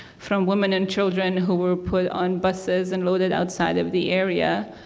from women and children who were put on buses and loaded outside of the area.